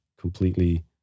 completely